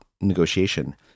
negotiation